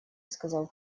сказал